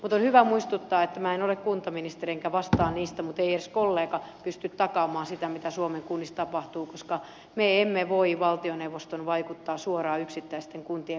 on hyvä muistuttaa että minä en ole kuntaministeri enkä vastaa niistä asioista mutta ei edes kollega pysty takaamaan sitä mitä suomen kunnissa tapahtuu koska me emme voi valtioneuvostona vaikuttaa suoraan yksittäisten kuntien päätöksentekoon